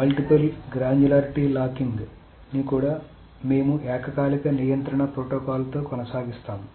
multiple granularity locking ని కూడా మేము ఏకకాలిక నియంత్రణ ప్రోటోకాల్లతో కొనసాగిస్తాము